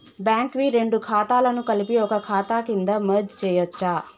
Bank వి రెండు ఖాతాలను కలిపి ఒక ఖాతా కింద మెర్జ్ చేయచ్చా?